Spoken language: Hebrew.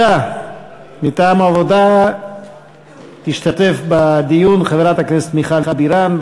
מטעם העבודה תשתתף בדיון חברת הכנסת מיכל בירן,